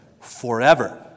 forever